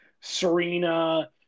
Serena